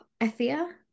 Ethia